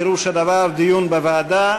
פירוש הדבר דיון בוועדה,